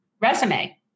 resume